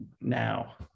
now